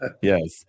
Yes